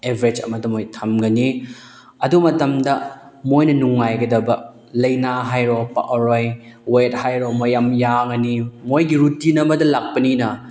average ꯑꯃꯗ ꯃꯣꯏ ꯊꯝꯒꯅꯤ ꯑꯗꯨ ꯃꯇꯝꯗ ꯃꯣꯏꯅ ꯅꯨꯡꯉꯥꯏꯒꯗꯕ ꯂꯥꯏꯅꯥ ꯍꯥꯏꯔꯣ ꯄꯛꯑꯔꯣꯏ ꯋꯦꯠ ꯍꯥꯏꯔꯣ ꯃꯣꯏ ꯌꯥꯝ ꯌꯥꯡꯉꯅꯤ ꯃꯣꯏꯒꯤ ꯔꯨꯇꯤꯟ ꯑꯃꯗ ꯂꯥꯛꯄꯅꯤꯅ